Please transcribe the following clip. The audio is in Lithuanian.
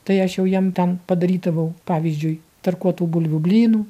tai aš jau jiem ten padarydavau pavyzdžiui tarkuotų bulvių blynų